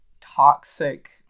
toxic